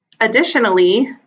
Additionally